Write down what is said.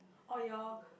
oh your